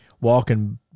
walking